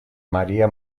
maria